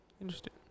Interesting